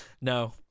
no